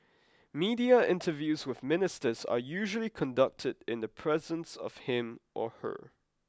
media interviews with Ministers are usually conducted in the presence of him or her